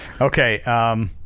Okay